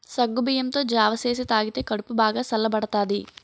సగ్గుబియ్యంతో జావ సేసి తాగితే కడుపు బాగా సల్లబడతాది